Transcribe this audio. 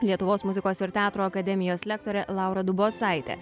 lietuvos muzikos ir teatro akademijos lektorė laura dubosaitė